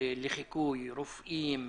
לחיקוי של רופאים,